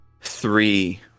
Three